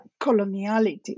coloniality